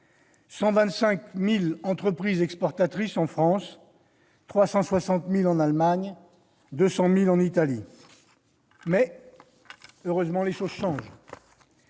125 000 entreprises exportatrices en France, contre 360 000 en Allemagne et 200 000 en Italie. Mais, heureusement, les choses changent.